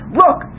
look